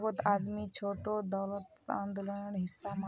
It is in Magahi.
बहुत आदमी छोटो दौलतक आंदोलनेर हिसा मानछेक